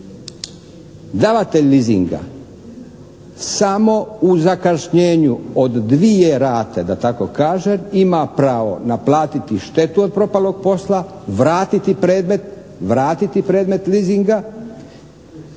Davatelj leasinga samo u zakašnjenju od dvije rate da tako kažem, ima pravo naplatiti štetu od propalog posla, vratiti predmet leasinga,